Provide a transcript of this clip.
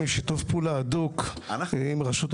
שיתוף פעולה אדוק עם רשות האוכלוסין,